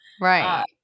right